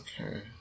Okay